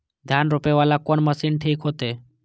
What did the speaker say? धान रोपे वाला कोन मशीन ठीक होते?